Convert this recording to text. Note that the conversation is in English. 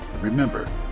Remember